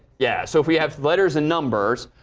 yeah. so if we have letters and numbers,